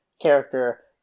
character